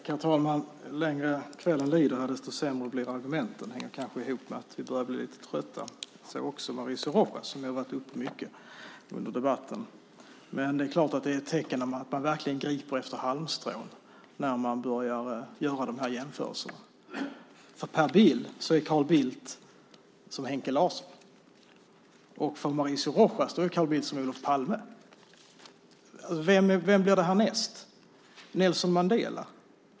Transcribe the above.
Herr talman! Ju längre kvällen lider, desto sämre blir argumenten. Det hänger kanske ihop med att vi börjar bli lite trötta, så också Mauricio Rojas, som har varit uppe mycket under debatten. Det är klart att det är ett tecken när man griper efter halmstrån och börjar göra de här jämförelserna. För Per Bill är Carl Bildt som Henke Larsson. För Mauricio Rojas är Carl Bildt som Olof Palme. Vem blir det härnäst? Nelson Mandela?